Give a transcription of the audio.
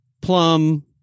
plum